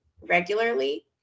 regularly